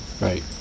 right